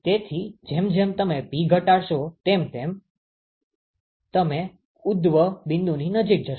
તેથી જેમ જેમ તમે P ઘટાડશો તેમ તમે ઉદ્ભવ બિંદુની નજીક જશો